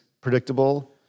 predictable